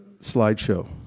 slideshow